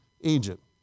Egypt